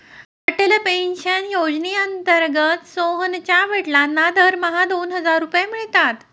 Atal pension योजनेअंतर्गत सोहनच्या वडिलांना दरमहा दोन हजार रुपये मिळतात